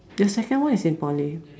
your second one is in Poly